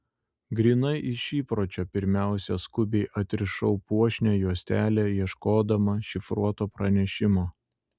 grynai iš įpročio pirmiausia skubiai atrišau puošnią juostelę ieškodama šifruoto pranešimo